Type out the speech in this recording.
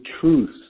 truth